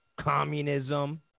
communism